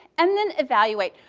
and then evaluate.